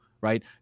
right